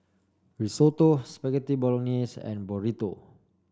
Risotto Spaghetti Bolognese and Burrito